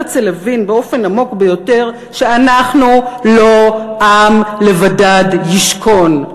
הרצל הבין באופן עמוק ביותר שאנחנו לא עם לבדד ישכון,